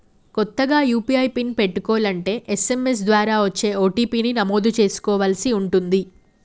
కొత్తగా UPI PIN పెట్టుకోలంటే SMS ద్వారా వచ్చే ఓ.టీ.పీ ని నమోదు చేసుకోవలసి ఉంటుంది